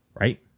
Right